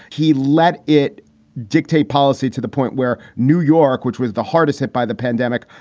he let it dictate policy to the point where new york, which was the hardest hit by the pandemic,